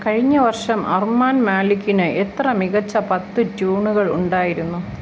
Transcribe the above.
കഴിഞ്ഞ വർഷം അർമാൻ മാലിക്കിന് എത്ര മികച്ച പത്ത് ട്യൂണുകൾ ഉണ്ടായിരുന്നു